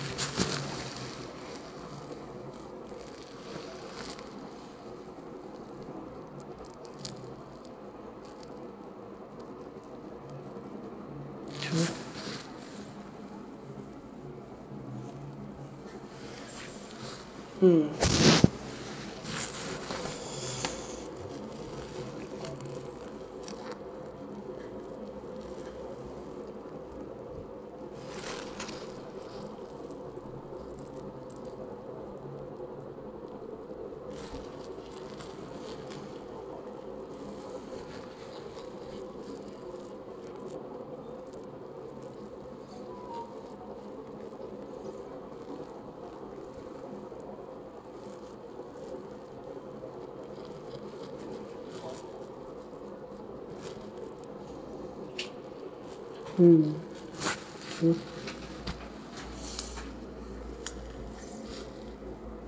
true mm hmm true